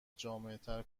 جامعتر